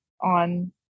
on